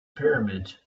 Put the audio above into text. pyramids